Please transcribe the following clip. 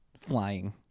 flying